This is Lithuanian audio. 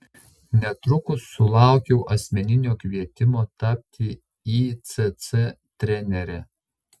netrukus sulaukiau asmeninio kvietimo tapti icc trenere